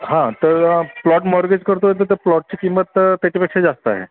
हां तर plot mortgage करतो आहे तर त्या प्लॉटची किंमत तर त्याच्यापेक्षा जास्त आहे